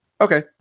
Okay